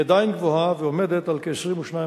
היא עדיין גבוהה ועומדת על כ-22%.